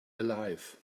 alive